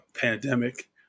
pandemic